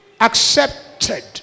accepted